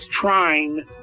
trying